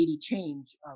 change